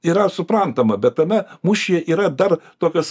yra suprantama bet tame mūšyje yra dar tokios